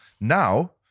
Now